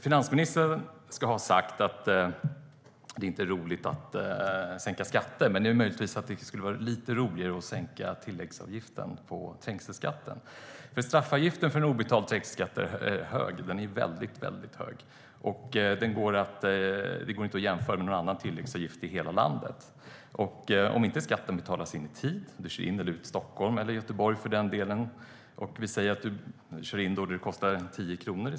Finansministern ska ha sagt att det inte är roligt att sänka skatter. Men kanske skulle det ändå vara lite roligt att sänka tilläggsavgiften på trängselskatten. Straffavgiften för obetald trängselskatt är nämligen väldigt hög. Den kan inte jämföras med någon annan tilläggsavgift i hela landet. Man ska betala skatt när man kör in i eller ut ur Stockholm eller Göteborg. Låt oss anta att man kör in vid en tidpunkt då skatten är 10 kronor.